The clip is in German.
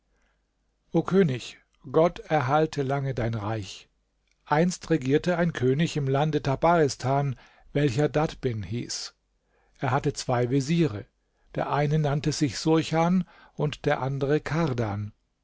o könig gott erhalte lange dein reich einst regierte ein könig im lande tabaristan welcher dadbin hieß er hatte zwei veziere der eine nannte sich surchan und der andere kardan